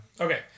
Okay